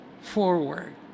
forward